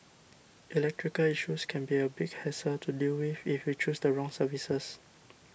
electrical issues can be a big hassle to deal with if you choose the wrong services